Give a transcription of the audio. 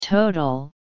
Total